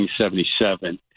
1977